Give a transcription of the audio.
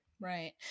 right